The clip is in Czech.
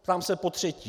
Ptám se potřetí.